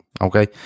okay